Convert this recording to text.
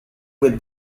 with